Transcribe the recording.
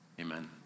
amen